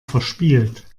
verspielt